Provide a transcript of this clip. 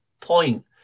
point